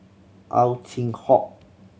Ow Chin Hock